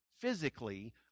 physically